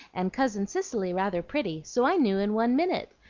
and cousin cicely rather pretty so i knew in one minute,